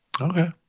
Okay